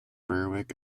berwick